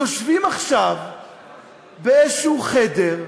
יושבים עכשיו באיזה חדר,